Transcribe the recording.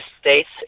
states